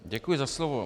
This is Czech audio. Děkuji za slovo.